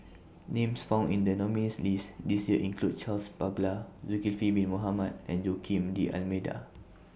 Names found in The nominees' list This Year include Charles Paglar Zulkifli Bin Mohamed and Joaquim D'almeida